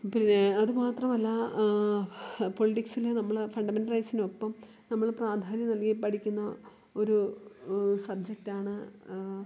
പിന്നേ അതുമാത്രമല്ല പൊളിറ്റിക്സിൽ നമ്മൾ ഫണ്ടമെന്റൽ റൈറ്റ്സിനുമൊപ്പം നമ്മൾ പ്രാധാന്യം നൽകി പഠിക്കുന്ന ഒരു സബ്ജക്റ്റാണ്